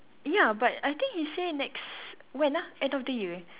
ya but I think he say next when ah end of the year